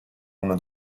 uno